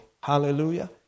Hallelujah